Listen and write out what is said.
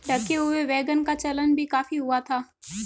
ढके हुए वैगन का चलन भी काफी हुआ था